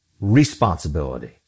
responsibility